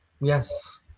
Yes